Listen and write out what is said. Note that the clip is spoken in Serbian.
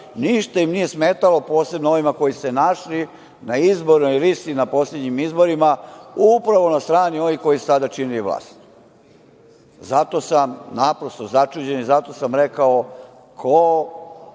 ništa im nije smetalo, posebno onima koji su se našli na izbornoj listi na poslednjim izborima upravo na strani onih koji su tada činili vlast. Zato sam naprosto začuđen i zato sam rekao – ko